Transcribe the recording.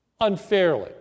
unfairly